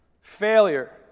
Failure